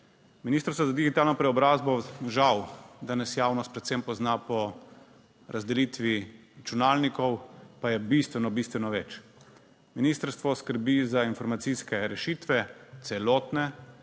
Ministrstvo za digitalno preobrazbo žal danes javnost predvsem pozna po razdelitvi računalnikov, pa je bistveno, bistveno več. Ministrstvo skrbi za informacijske rešitve celotne